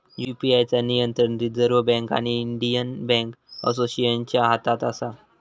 UPI चा नियंत्रण reserve bank आणि इंडियन बॅन्क असोसिएशनच्या हातात असा